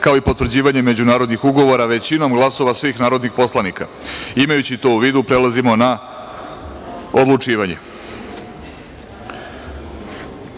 kao i potvrđivanje međunarodnih ugovora većinom glasova svih narodnih poslanika. Imajući to u vidu, prelazimo na odlučivanje. Stavljam